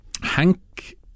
Hank